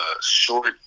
short